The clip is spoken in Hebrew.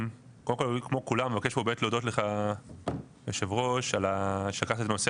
קודם כל כמו כולם אני מבקש פה באמת להודות לך יושב הראש שלקחת את הנושא